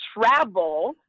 travel